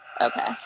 okay